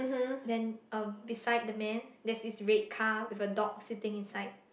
then um beside the man there's this red car with a dog sitting inside